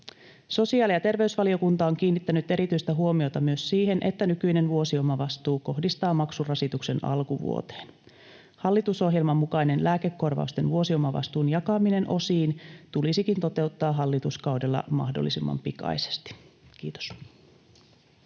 Sosiaali- ja terveysvaliokunta on kiinnittänyt erityistä huomiota myös siihen, että nykyinen vuosiomavastuu kohdistaa maksurasituksen alkuvuoteen. Hallitusohjelman mukainen lääkekorvausten vuosiomavastuun jakaminen osiin tulisikin toteuttaa hallituskaudella mahdollisimman pikaisesti. — Kiitos.